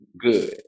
good